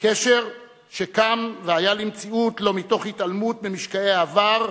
קשר שקם והיה למציאות לא מתוך התעלמות ממשקעי העבר,